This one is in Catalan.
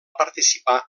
participar